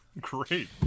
Great